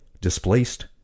displaced